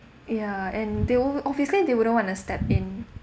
ya and they o~ obviously they wouldn't want to step in